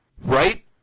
right